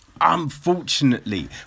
unfortunately